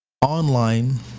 Online